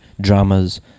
dramas